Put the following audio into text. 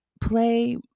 play